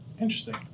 Interesting